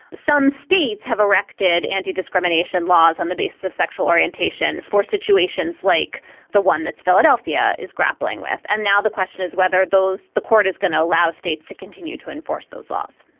some states have erected anti-discrimination laws on the basis of sexual orientation for situations like the one that's philadelphia is grappling with. and now the question is whether those. the court is going to allow states to continue to enforce those laws